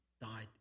died